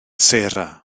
sarah